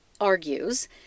argues